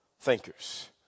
thinkers